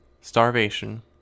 starvation